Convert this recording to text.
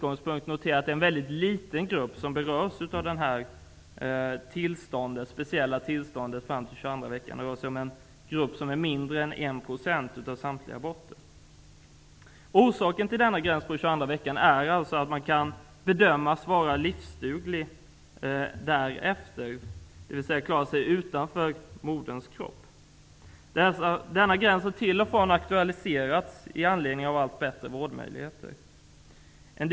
Noterbart är att det är en mycket liten grupp som berörs av det speciella tillståndet för abort fram till den 22:a veckan. Den utgör mindre än 1 % av samtliga aborter. Orsaken till att gränsen är satt vid 22:a veckan är att fostret bedöms vara livsdugligt därefter, dvs. det klarar sig utanför moderns kropp. Diskussionen kring denna gräns har till och från aktualiserats med anledning av de allt bättre vårdmöjligheterna.